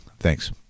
Thanks